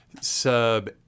Sub